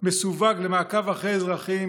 מסווג למעקב אחרי אזרחים,